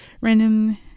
random